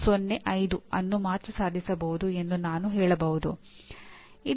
ಈಗ ಮಾನ್ಯತೆಯ ಪ್ರಮುಖ ಲಕ್ಷಣವೆಂದರೆ ಗುಣಮಟ್ಟದ ಲೂಪ್